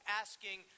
asking